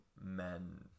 men